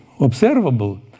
observable